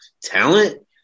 talent